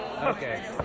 Okay